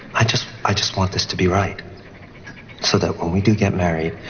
i just i just want us to be right so that when we do get married,